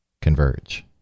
Converge